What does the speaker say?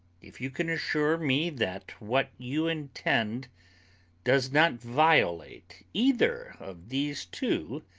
if you can assure me that what you intend does not violate either of these two,